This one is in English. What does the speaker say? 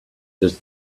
does